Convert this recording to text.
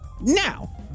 Now